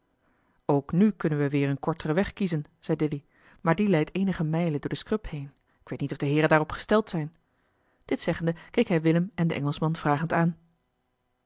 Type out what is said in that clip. ook nu kunnen we weer een korteren weg kiezen zei dilly maar die leidt eenige mijlen door de scrub heen ik weet niet of de eli heimans willem roda heeren daarop gesteld zijn dit zeggende keek hij willem en den engelschman vragend aan